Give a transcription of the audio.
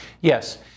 Yes